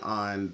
on